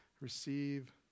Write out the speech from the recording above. receive